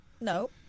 No